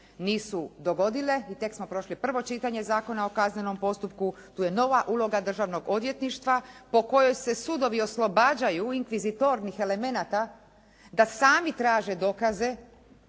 nisu dogodile i tek smo prošli prvo čitanje Zakona o kaznenom postupku tu je nova uloga Državnog odvjetništva po kojoj se sudovi oslobađaju inkvizitornih elemenata da sami traže dokaze.